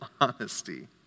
honesty